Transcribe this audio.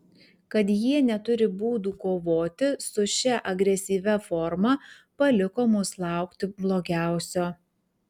kad jie neturi būdų kovoti su šia agresyvia forma paliko mus laukti blogiausio